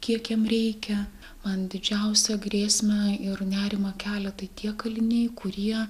kiek jam reikia man didžiausią grėsmę ir nerimą kelia tai tie kaliniai kurie